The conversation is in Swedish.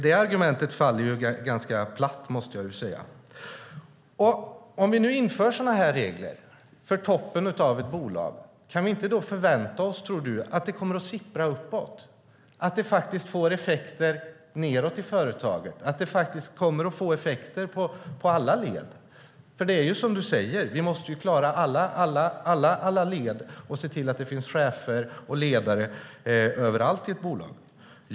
Det argumentet faller därför ganska platt. Om vi nu inför sådana här regler för toppen av ett bolag, kan vi inte då förvänta oss att det kommer att sippra uppåt, att det faktiskt får effekter nedåt i företaget, att det faktiskt kommer att få effekter i alla led? Det är ju som Margareta Cederfelt säger: Vi måste klara alla led och se till att det finns chefer och ledare överallt i ett bolag.